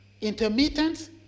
Intermittent